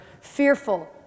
fearful